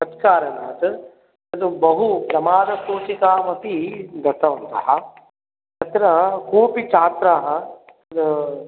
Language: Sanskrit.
तत्कारणात् तद्बहुप्रमादसूचिकामपि दत्तवन्तः तत्र कोपि छात्राः